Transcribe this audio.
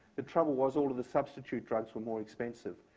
the trouble was all of the substitute drugs were more expensive.